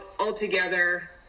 altogether